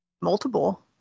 Multiple